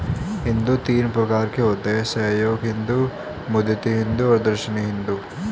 हुंडी तीन प्रकार का होता है सहयोग हुंडी, मुद्दती हुंडी और दर्शनी हुंडी